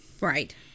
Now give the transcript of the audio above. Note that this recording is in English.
Right